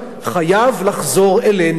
חייב לחזור אלינו.